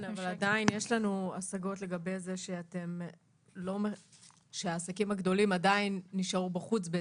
עדיין יש לנו השגות לגבי זה שהעסקים הגדולים עדיין נשארו בחוץ,